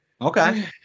Okay